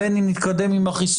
בין אם נתקדם עם החיסונים,